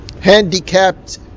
handicapped